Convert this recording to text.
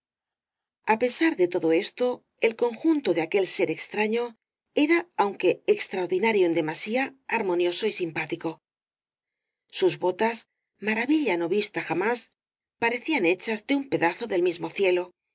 á pesar de todo esto el conjunto de aquel ser extraño era aunque extraordinario en demasía armonioso y simpático sus botas maravilla no vista jamás parecían hechas de un pedazo del mismo cielo